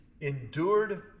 endured